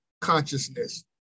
consciousness